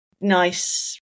nice